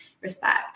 respect